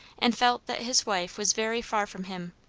and felt that his wife was very far from him,